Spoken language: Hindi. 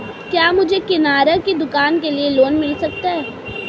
क्या मुझे किराना की दुकान के लिए लोंन मिल सकता है?